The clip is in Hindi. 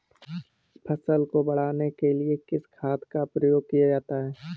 फसल को बढ़ाने के लिए किस खाद का प्रयोग किया जाता है?